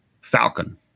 Falcon